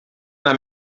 una